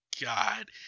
god